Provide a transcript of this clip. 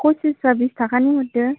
पसिस साब्बिस थाखानि हरदो